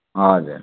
हजुर